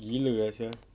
gila ah sia